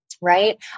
right